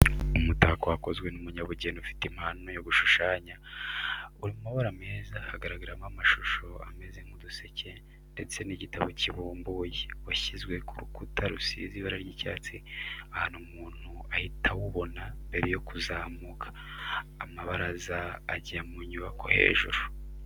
Umutako wakozwe n'umunyabugeni ufite impano yo gushushanya, uri mu mabara meza hagaragaramo amashusho ameze nk'uduseke ndetse n'igitabo kibumbuye, washyizwe ku rukuta rusize ibara ry'icyatsi ahantu umuntu ahita awubona mbere yo kuzamuka amabaraza ajya mu nyubako yo hejuru.